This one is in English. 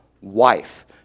wife